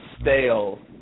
stale